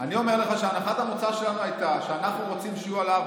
אני אומר לך שהנחת המוצא שלנו הייתה שאנחנו רוצים שיהיו על ההר,